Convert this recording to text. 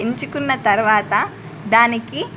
ఎంచుకున్న తర్వాత దానికి